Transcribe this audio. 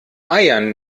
eiern